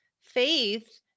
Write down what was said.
Faith